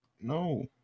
No